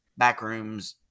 Backrooms